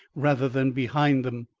rather than behind them.